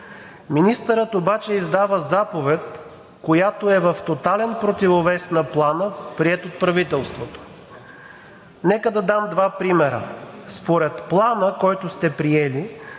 Министърът обаче издава заповед, която е в тотален противовес на Плана, приет от правителството. Нека да дам два примера. Според Плана, който сте приели,